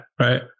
Right